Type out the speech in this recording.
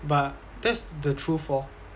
but that's the truth lor